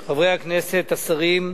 חברי הכנסת, השרים,